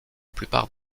plupart